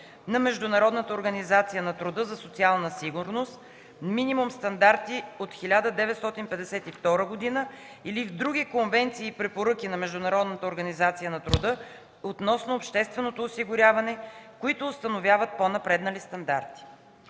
на Международната организация на труда за социална сигурност (минимални стандарти) от 1952 г. или в други конвенции и препоръки на Международната организация на труда относно общественото осигуряване, които установяват по-напреднали стандарти.